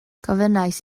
gofynnais